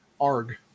Arg